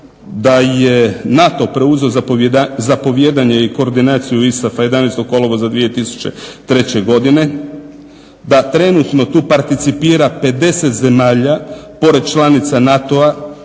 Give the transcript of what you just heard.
da je NATO preuzeo zapovijedanje i koordinaciju ISAF-a 11.kolovoza 2003.godine, da trenutno tu participira 50 zemalja pored članica NATO-a,